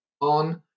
on